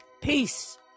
Peace